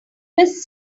his